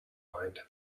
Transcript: mind